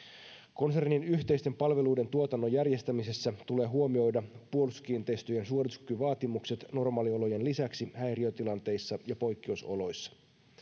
konsernin yhteisten palveluiden tuotannon järjestämisessä tulee huomioida puolustuskiinteistöjen suorituskykyvaatimukset normaaliolojen lisäksi häiriötilanteissa ja poikkeusoloissa